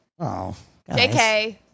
JK